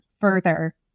further